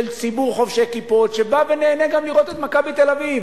של ציבור חובשי כיפות שבא ונהנה גם לראות את "מכבי תל-אביב".